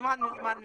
שמזמן מזמן מזמן,